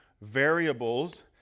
variables